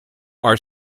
are